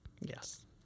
Yes